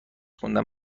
خوندن